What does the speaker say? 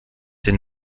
den